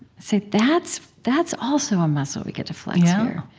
so that's that's also a muscle we get to flex here